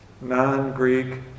non-Greek